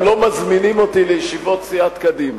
אתם לא מזמינים אותי לישיבת סיעת קדימה,